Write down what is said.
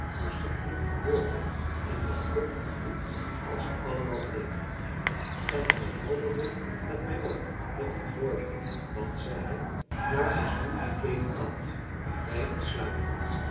moesten hier een beurt hebben en dat kon niet als ze allemaal bleven en hij helderde het mij op met een voorbeeld want zei hij daar is nu dit ledikant waar wij in slapen